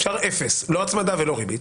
אפשר אפס, לא הצמדה ולא ריבית.